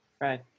Right